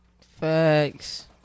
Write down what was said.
Facts